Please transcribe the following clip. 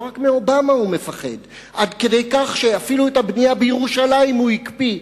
לא רק מאובמה הוא מפחד עד כדי כך שאפילו את הבנייה בירושלים הוא הקפיא,